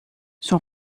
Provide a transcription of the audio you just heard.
son